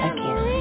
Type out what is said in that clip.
Again